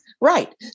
right